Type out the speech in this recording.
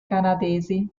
canadesi